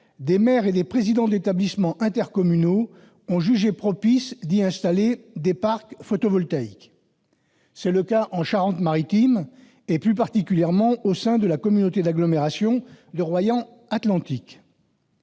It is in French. des maires et des présidents d'établissements intercommunaux ont jugé propice d'y installer des parcs photovoltaïques. C'est le cas en Charente-Maritime, plus particulièrement au sein de la communauté d'agglomération Royan Atlantique.